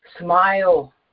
smile